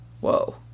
Whoa